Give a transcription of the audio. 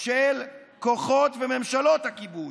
של כוחות ממשלות הכיבוש.